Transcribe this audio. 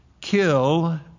kill